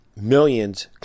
millions